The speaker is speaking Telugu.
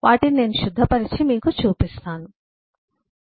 కానీ నేను శుద్ధ పరచి మీకు చూపిస్తాను